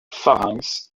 pharynx